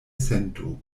sento